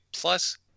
plus